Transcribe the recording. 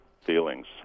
feelings